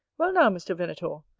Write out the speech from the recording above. well, now, mr. venator,